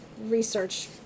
research